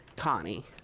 Connie